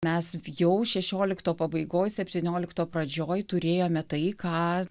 mes jau šešiolikto pabaigoje septyniolikto pradžioj turėjome tai ką